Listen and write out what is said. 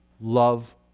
love